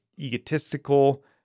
egotistical